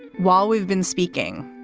while we've been speaking.